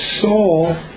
soul